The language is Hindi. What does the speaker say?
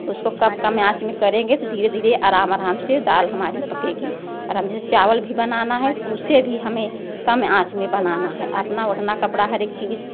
उसको कम कम आँच में करेंगे तो धीरे धीरे आराम आराम से दाल हमारी पकेगी और हम जिस चावल भी बनना है उसे भी हमें काम आँच में बनना है अपना अपना कपड़ा हरेक चीज़